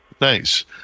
Nice